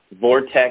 vortex